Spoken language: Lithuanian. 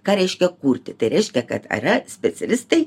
ką reiškia kurti tai reiškia kad ar specialistai